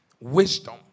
Wisdom